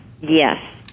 Yes